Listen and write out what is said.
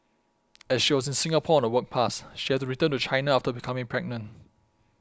as she was in Singapore on a work pass she had to return to China after becoming pregnant